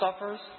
suffers